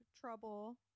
trouble